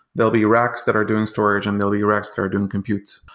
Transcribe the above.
there'll be racks that are doing storage and there'll be racks that are doing compute.